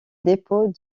dépôt